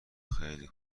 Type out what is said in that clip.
خیلی